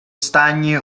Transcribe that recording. stagni